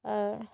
আর